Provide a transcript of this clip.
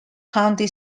county